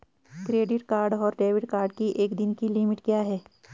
Credit card और debit card की एक दिन की लिमिट क्या है?